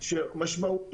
עניין